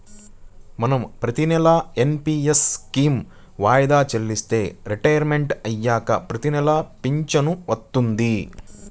మనం ప్రతినెలా NPS scheme వాయిదా చెల్లిస్తే రిటైర్మంట్ అయ్యాక ప్రతినెలా పింఛను వత్తది